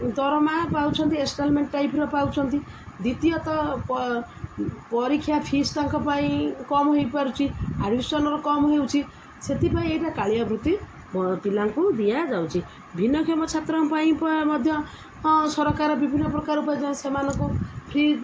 ଦରମା ପାଉଛନ୍ତି ଇନ୍ଷ୍ଟଲ୍ମେଣ୍ଟ ଟାଇପ୍ର ପାଉଛନ୍ତି ଦ୍ଵିତୀୟତଃ ପରୀକ୍ଷା ଫିସ୍ ତାଙ୍କ ପାଇଁ କମ୍ ହେଇପାରୁଛି ଆଡ଼ମିଶନ୍ର କମ୍ ହେଉଛି ସେଥିପାଇଁ ଏଇଟା କାଳିଆ ବୃତ୍ତି ପିଲାଙ୍କୁ ଦିଆଯାଉଛି ଭିନ୍ନକ୍ଷମ ଛାତ୍ରଙ୍କ ପାଇଁ ମଧ୍ୟ ସରକାର ବିଭିନ୍ନ ପ୍ରକାର ସେମାନଙ୍କୁ ଫ୍ରି